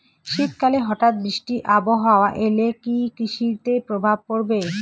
শীত কালে হঠাৎ বৃষ্টি আবহাওয়া এলে কি কৃষি তে প্রভাব পড়বে?